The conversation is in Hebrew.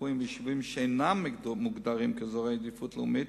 רפואיים ביישובים שאינם מוגדרים אזורי עדיפות לאומית,